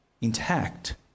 intact